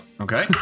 Okay